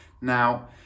Now